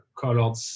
colored